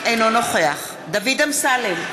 אינו נוכח דוד אמסלם,